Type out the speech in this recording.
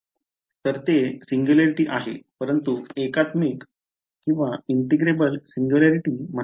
तर ते सिंग्युलॅरिटी आहे परंतु एकात्मिक इंटिग्रेबल सिंग्युलॅरिटी म्हणा